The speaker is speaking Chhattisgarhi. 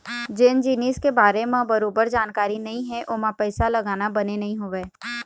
जेन जिनिस के बारे म बरोबर जानकारी नइ हे ओमा पइसा लगाना बने नइ होवय